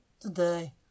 today